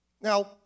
Now